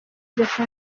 ndetse